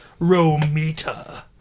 Romita